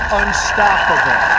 unstoppable